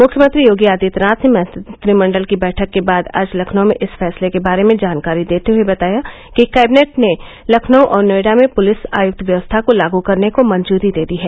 मुख्यमंत्री योगी आदित्यनाथ ने मंत्रिमण्डल की बैठक के बाद आज लखनऊ में इस फैसले के बारे में जानकारी देते हये बताया कि कैबिनेट ने लखनऊ और नोएडा में पुलिस आयक्त व्यवस्था को लागू करने को मंजूरी दे दी है